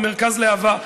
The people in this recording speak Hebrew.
במרכז להב"ה,